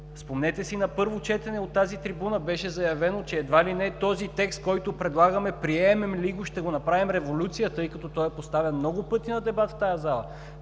Спомнете си, на първо четене от тази трибуна беше заявено, че едва ли не текстът, който предлагаме, приемем ли го, ще го направим революция, тъй като е поставян много пъти на дебат в тази зала.